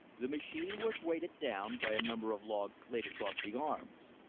the machine was weighted down by a number of logs laid across the arms.